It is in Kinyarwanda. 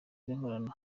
z’inkorano